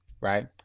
right